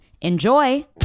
Enjoy